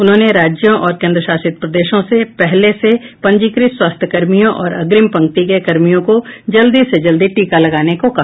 उन्होंने राज्यों और केंद्र शासित प्रदेशों से पहले से पंजीकृत स्वास्थ्य कर्मियों और अग्रिम पंक्ति के कर्मियों को जल्दी से जल्दी टीका लगाने को कहा